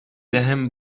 بهم